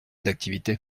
d’activité